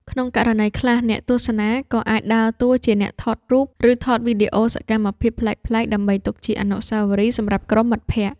ក្នុងករណីខ្លះ អ្នកទស្សនាក៏អាចដើរតួជាអ្នកថតរូប ឬថតវីដេអូសកម្មភាពប្លែកៗ ដើម្បីទុកជាអនុស្សាវរីយ៍សម្រាប់ក្រុមមិត្តភក្តិ។